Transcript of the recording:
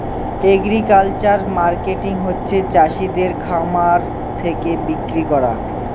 agricultural marketing হচ্ছে চাষিদের খামার থাকে বিক্রি করা